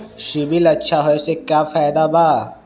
CIBIL अच्छा होऐ से का फायदा बा?